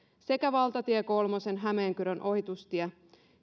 sekä valtatie kolmosen hämeenkyrön ohitustie